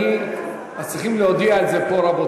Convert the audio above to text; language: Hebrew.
רבותי, אז צריכים להודיע את זה פה.